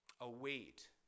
Await